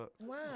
Wow